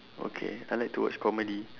okay I like to watch comedy